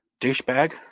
douchebag